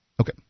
Okay